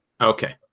Okay